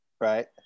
Right